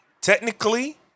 Technically